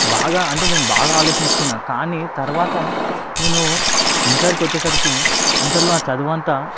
బాగా అంటే నేను బాగా ఆలోచించుకున్నా కానీ తరువాత నేను ఇంటర్కు వచ్చేసరికి ఇంటర్లో ఆ చదువంతా